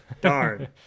Darn